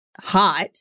hot